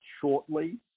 shortly